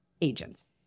agents